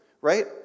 right